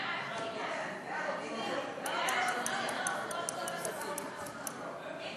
ההצעה להעביר את הצעת חוק הטבות במס וייעוץ במס (תיקוני חקיקה) (תיקון,